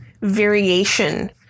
variation